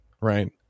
Right